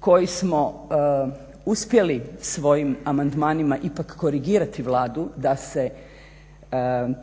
koji smo uspjeli svojim amandmanima ipak korigirati Vladu da se